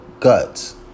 guts